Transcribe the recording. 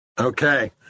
Okay